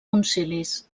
concilis